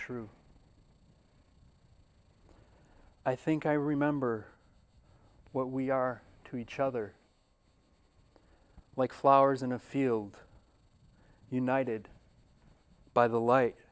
true i think i remember what we are to each other like flowers in a field united by the light